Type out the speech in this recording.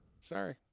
Sorry